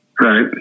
Right